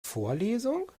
vorlesung